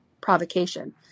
provocation